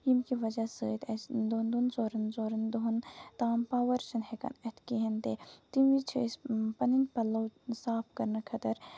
ییٚمہِ کہِ وجہہ سۭتۍ اَسہِ دۄن دۄن ژوٚرَن ژوٚرن دۄہن تام پاور چھُنہٕ ہیٚکان یِتھ کِہینۍ تہِ تَمہِ وِزِ چھِ أسۍ پَنٕنۍ پَلو صاف کرنہٕ خٲطرٕ